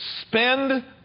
Spend